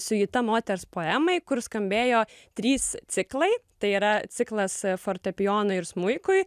siuita moters poemai kur skambėjo trys ciklai tai yra ciklas fortepijonui ir smuikui